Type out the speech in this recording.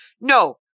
no